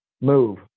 Move